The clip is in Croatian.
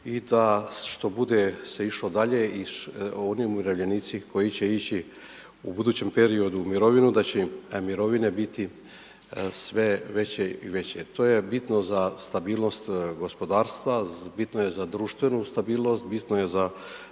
i da što bude se išlo dalje, i oni umirovljenici koji će ići u budućem periodu u mirovinu, da će im mirovine biti sve veće i veće. To je bitno za stabilnost gospodarstva, bitno je za društvenu stabilnost, bitno je za